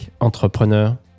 entrepreneur